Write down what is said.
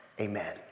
amen